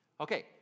Okay